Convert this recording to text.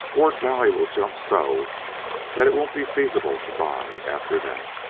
ward valley will jump so that it won't be feasible to buy after that.